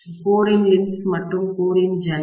கோரின் லிம்ப்ஸ் மற்றும் கோரின் ஜன்னல்